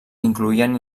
incloïen